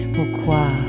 Pourquoi